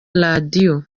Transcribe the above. radio